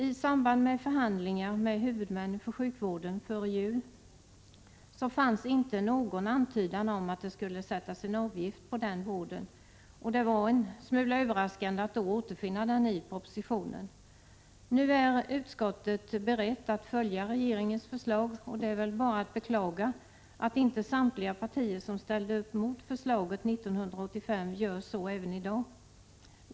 I samband med förhandlingar före jul med huvudmännen för sjukvården fanns inte någon antydan om att det skulle sättas en avgift på den vården, och det var en smula överraskande att då återfinna den i propositionen. Nu är utskottet berett att följa regeringens förslag, och det är väl bara att beklaga att inte samtliga partier, som ställde upp mot förslaget 1985, gör så även i dag.